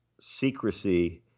secrecy